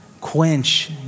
quench